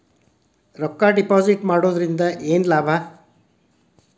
ರೊಕ್ಕ ಡಿಪಾಸಿಟ್ ಮಾಡುವುದರಿಂದ ಏನ್ ಲಾಭ?